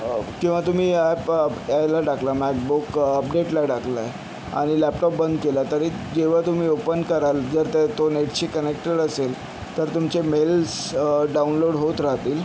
किंवा तुम्ही ॲप याला टाकला मॅकबुक अपडेटला टाकलयं आणि लॅपटॉप बंद केला तरी जेव्हा तुम्ही ओपन कराल जर त्या तो नेटशी कनेक्टेड असेल तर तुमचे मेल्स डाउनलोड होत राहतील